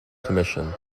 commission